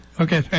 Okay